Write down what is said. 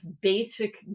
basic